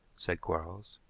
said quarles.